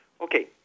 Okay